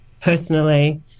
personally